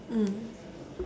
mm